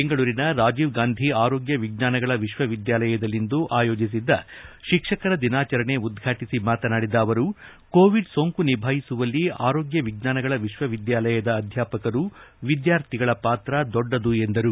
ಬೆಂಗಳೂರಿನ ರಾಜೀವ್ಗಾಂಧಿ ಆರೋಗ್ಯ ವಿಜ್ಞಾನಗಳ ವಿಶ್ವವಿದ್ಯಾಲಯದಲ್ಲಿಂದು ಆಯೋಜಿಸಿದ್ದ ಶಿಕ್ಷಕರ ದಿನಾಚರಣೆ ಉದ್ವಾಟಿಸಿ ಮಾತನಾದಿದ ಅವರು ಕೋವಿಡ್ ಸೋಂಕು ನಿಭಾಯಿಸುವಲ್ಲಿ ಆರೋಗ್ಯ ವಿಜ್ಞಾನಗಳ ವಿಶ್ವವಿದ್ಯಾಲಯದ ಅಧ್ಯಾಪಕರು ವಿದ್ಯಾರ್ಥಿಗಳ ಪಾತ್ರ ದೊಡ್ಡದು ಎಂದರು